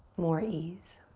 more ease.